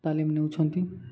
ତାଲିମ ନେଉଛନ୍ତି